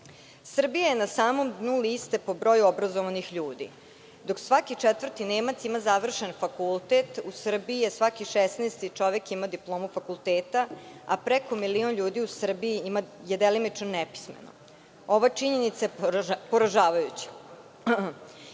donelo? Srbija je na samom dnu liste po broju obrazovanih ljudi. Dok svaki četvrti Nemac ima završen fakultet, u Srbiji svaki 16 čovek ima diplomu fakulteta, a preko milion ljudi u Srbiji je delimično nepismeno. Ovo je poražavajuća